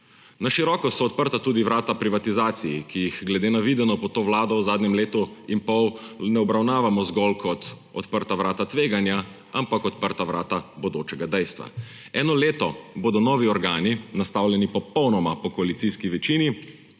Na široko so odprta tudi vrata privatizaciji, ki jih glede na videno pod to vlado v zadnjem letu in pol ne obravnavamo zgolj kot odprta vrata tveganja, ampak odprta vrata bodočega dejstva. Eno leto bodo novi organi, nastavljeni popolnoma po koalicijski večini,